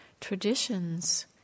traditions